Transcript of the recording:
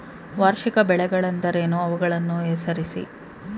ವಾರ್ಷಿಕ ಬೆಳೆಗಳೆಂದರೇನು? ಅವುಗಳನ್ನು ಹೆಸರಿಸಿ?